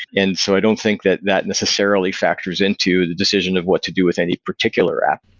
and so i don't think that that necessarily factors into the decision of what to do with any particular app.